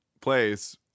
place